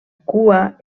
cua